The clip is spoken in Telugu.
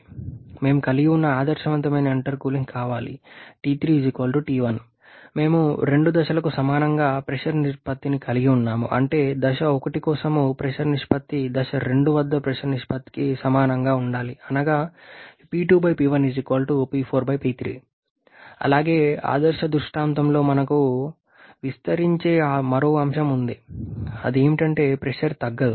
మేము కలిగి ఉన్న ఆదర్శవంతమైన ఇంటర్కూలింగ్ కావాలి మేము రెండు దశలకు సమానంగా ప్రెషర్ నిష్పత్తిని కలిగి ఉన్నాము అంటే దశ 1 కోసం ప్రెషర్ నిష్పత్తి దశ 2 వద్ద ప్రెషర్ నిష్పత్తికి సమానంగా ఉండాలి అనగా అలాగే ఆదర్శ దృష్టాంతంలో మనం విస్మరించే మరో అంశం ఉంది అది ఏమిటంటే ప్రెషర్ తగ్గదు